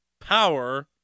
power